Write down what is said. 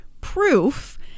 proof